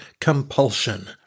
compulsion